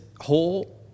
whole